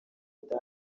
leta